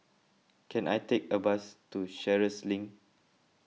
can I take a bus to Sheares Link